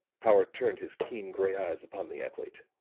powart turned his keen gray eyes upon the athlete.